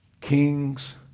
Kings